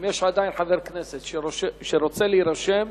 אם יש עדיין חבר כנסת שרוצה להירשם,